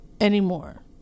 anymore